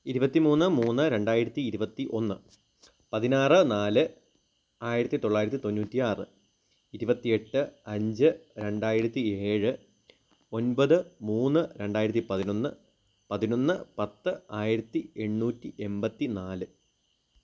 ഇരുപത്തി മൂന്ന് മൂന്ന് രണ്ടായിരത്തി ഇരുപത്തി ഒന്ന് പതിനാറ് നാല് ആയിരത്തി തൊള്ളായിരത്തി തൊണ്ണൂറ്റി ആറ് ഇരുപത്തി എട്ട് അഞ്ച് രണ്ടായിരത്തി ഏഴ് ഒൻപത് മൂന്ന് രണ്ടായിരത്തി പതിനൊന്ന് പതിനൊന്ന് പത്ത് ആയിരത്തി എണ്ണൂറ്റി എൺപത്തി നാല്